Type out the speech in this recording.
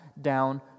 down